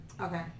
Okay